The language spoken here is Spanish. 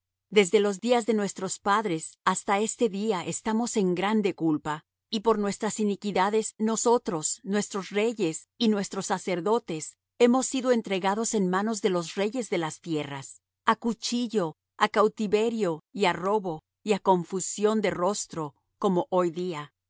desde los días de nuestros padres hasta este día estamos en grande culpa y por nuestras iniquidades nosotros nuestros reyes y nuestros sacerdotes hemos sido entregados en manos de los reyes de las tierras á cuchillo á cautiverio y á robo y á confusión de rostro como hoy día